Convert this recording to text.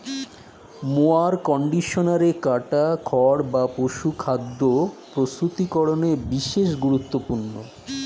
mower কন্ডিশনারে কাটা খড় বা পশুখাদ্য প্রস্তুতিকরনে বিশেষ গুরুত্বপূর্ণ